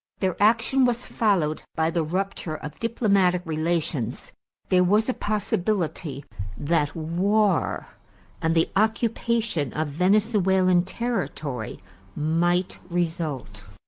their action was followed by the rupture of diplomatic relations there was a possibility that war and the occupation of venezuelan territory might result.